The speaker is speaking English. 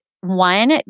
one